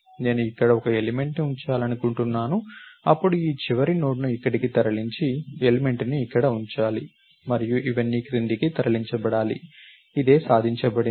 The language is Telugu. నేను ఇక్కడ ఒక ఎలిమెంట్ ని ఉంచాలనుకుంటున్నాను అప్పుడు ఈ చివరి నోడ్ను ఇక్కడ తరలించి ఎలిమెంట్ ని ఇక్కడ ఉంచాలి మరియు ఇవన్నీ క్రిందికి తరలించబడాలి అదే సాధించబడింది